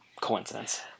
coincidence